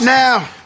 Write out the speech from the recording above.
now